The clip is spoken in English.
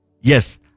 Yes